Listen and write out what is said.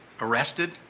arrested